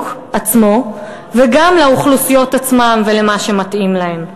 עצמו וגם לאוכלוסיות עצמן ולמה שמתאים להן.